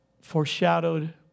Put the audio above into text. foreshadowed